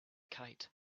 kite